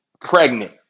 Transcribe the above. pregnant